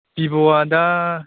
भिभ'आ दा